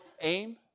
aim